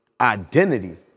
identity